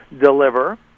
deliver